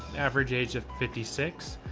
average age of fifty six,